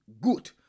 good